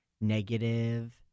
negative